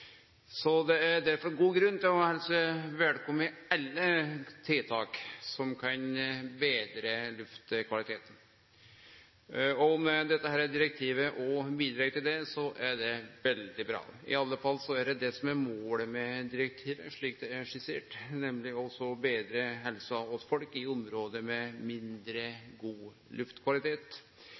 så ille i Noreg som i mange store byar rundt omkring. Men jammen merkar ein det òg her, iallfall i periodar. Det er derfor god grunn til å helse velkommen alle tiltak som kan betre luftkvaliteten. Om dette direktivet òg bidreg til det, er det veldig bra. Iallfall er det det som er målet med direktivet, slik det er skissert, nemleg å betre helsa til folk i område med mindre god luftkvalitet.